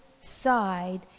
side